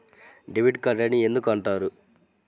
Debit card అని ఎందుకు అంటారు?